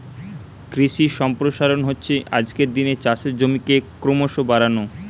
কৃষি সম্প্রসারণ হচ্ছে আজকের দিনে চাষের জমিকে ক্রোমোসো বাড়ানো